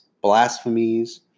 blasphemies